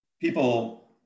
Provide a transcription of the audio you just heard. people